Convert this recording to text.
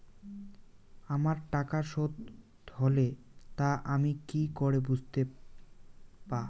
আমার টাকা শোধ হলে তা আমি কি করে বুঝতে পা?